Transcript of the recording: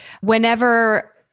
whenever